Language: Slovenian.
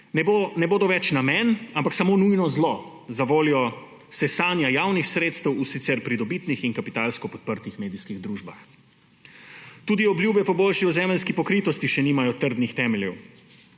ne bo več namen, ampak samo nujno zlo zavoljo sesanja javnih sredstev v sicer pridobitnih in kapitalsko podprtih medijskih družbah. Tudi obljube po boljši ozemeljski pokritosti še nimajo trdnih temeljev.